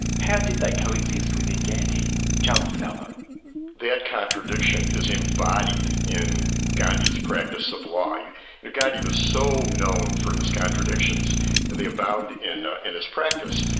how did they coexist within gandhi? charles disalvo. that contradiction is embodied in gandhi's practise of law. you know gandhi was so known for his contradictions that abound in in his practice.